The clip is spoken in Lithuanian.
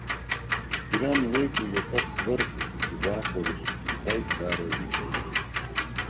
kuriam laikui jie taps vartais į vakarus visai caro imperijai